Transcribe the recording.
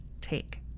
take